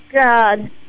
God